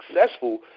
successful